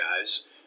guys